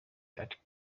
that